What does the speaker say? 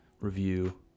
review